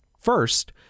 first